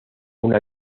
una